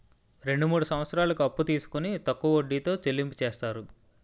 రెండు మూడు సంవత్సరాలకు అప్పు తీసుకొని తక్కువ వడ్డీతో చెల్లింపు చేస్తారు